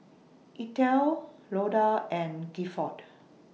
Eithel Loda and Gifford